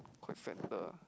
quite centre